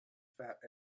fat